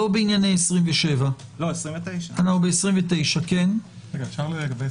לגבי 29. לגבי